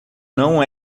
não